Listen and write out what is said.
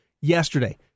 yesterday